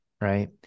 right